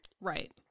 Right